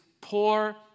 poor